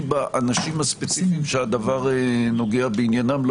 באנשים הספציפיים שהדבר נוגע בעניינם,